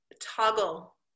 toggle